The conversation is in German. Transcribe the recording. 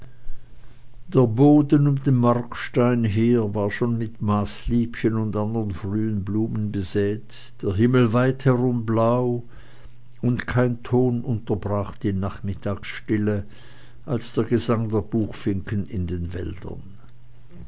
der boden um den markstein her war schon mit maßliebchen und andern frühen blumen besät der himmel weit herum blau und kein ton unterbrach die nachmittagsstille als der gesang der buchfinken in den wäldern